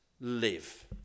live